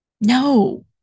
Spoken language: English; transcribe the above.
No